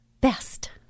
best